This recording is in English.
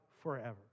forever